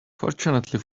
fortunately